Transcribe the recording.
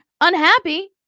unhappy